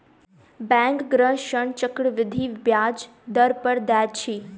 bank गृह ऋण चक्रवृद्धि ब्याज दर पर दैत अछि